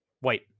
white